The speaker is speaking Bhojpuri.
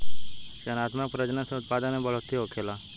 चयनात्मक प्रजनन से उत्पादन में बढ़ोतरी होखेला